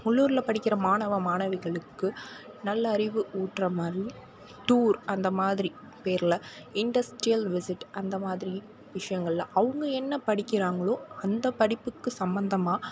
உள்ளூரில் படிக்கிற மாணவ மாணவிகளுக்கு நல்ல அறிவூட்ற மாதிரி டூர் அந்த மாதிரி பேரில் இண்டஸ்ட்ரியல் விஸிட் அந்த மாதிரி விஷயங்கள் அவங்க என்ன படிக்கிறாங்களோ அந்த படிப்புக்கு சம்பந்தமா